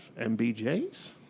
MBJ's